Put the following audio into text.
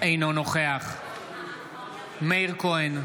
אינו נוכח מאיר כהן,